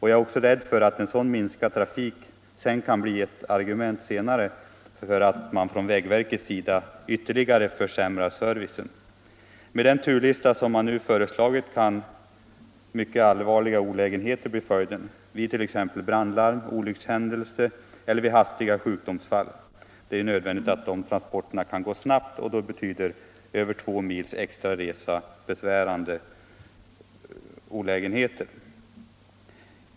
Jag är också rädd för att en sådan minskad trafik senare kan bli ett argument från vägverkets sida för att ytterligare försämra servicen. Med den turlista som nu föreslagits kan mycket allvarliga olägenheter följa. Vid t.ex. brandlarm, olyckshändelser eller hastiga sjukdomsfall är det nödvändigt att transporterna går snabbt. Då betyder över två mils extra resa besvärande olägenheter.